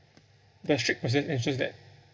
their strict process ensures that